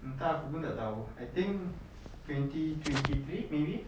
mm entah aku pun tak tahu I think twenty twenty three maybe